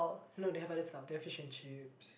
no they have other stuff they have fish-and-chips